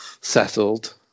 settled